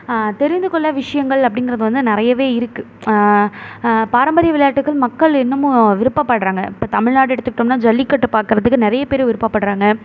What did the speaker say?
தெரிந்துக்கொள்ள விஷயங்கள் அப்படிங்கிறது வந்து நிறையவே இருக்குது பாரம்பரிய விளையாட்டுகள் மக்கள் இன்னமும் விருப்பப்படுகிறாங்க இப்போ தமிழ்நாடு எடுத்துகிட்டோம்னால் ஜல்லிக்கட்டு பார்க்குறதுக்கு நிறைய பேர் விருப்பப்படுகிறாங்க